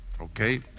Okay